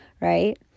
right